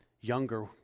younger